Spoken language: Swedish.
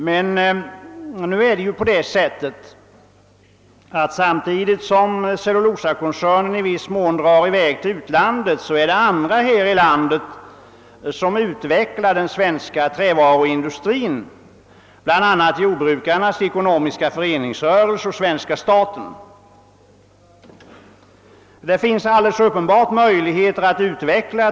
Men samtidigt som Cellulosakoncernen i viss mån drar i väg till utlandet finns det andra som vidareutvecklar den svenska trävaruindustrin, bl.a. jordbrukarnas ekonomiska föreningsrörelse och svenska staten och det är alldeles uppenbart att det går att göra detta.